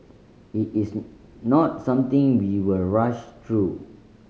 it is not something we will rush through